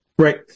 Right